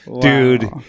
dude